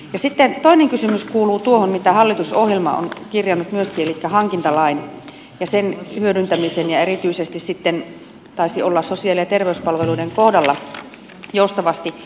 sitten toinen kysymys kuuluu tuohon mitä hallitusohjelmaan on kirjattu myöskin elikkä hankintalaki ja sen hyödyntäminen ja erityisesti sitten taisi olla sosiaali ja terveyspalveluiden kohdalla joustavasti